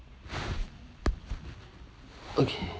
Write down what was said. okay